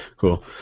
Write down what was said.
Cool